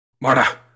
Marta